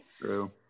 True